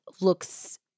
looks